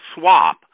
swap